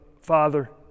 Father